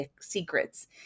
Secrets